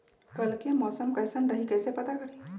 कल के मौसम कैसन रही कई से पता करी?